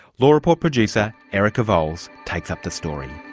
law report produce ah erica vowles takes up the story.